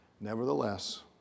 Nevertheless